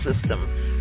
system